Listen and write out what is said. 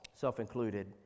self-included